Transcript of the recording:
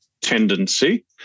tendency